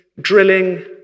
Drilling